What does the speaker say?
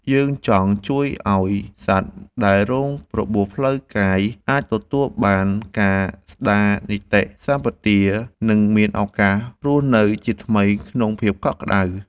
យើងចង់ជួយឱ្យសត្វដែលរងរបួសផ្លូវកាយ អាចទទួលបានការស្ដារនីតិសម្បទា និងមានឱកាសរស់នៅជាថ្មីក្នុងភាពដ៏កក់ក្ដៅ។